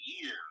year